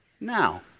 Now